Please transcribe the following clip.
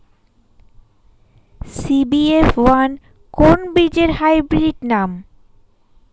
CBF one কোন বীজের hybrid নাম?